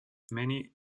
many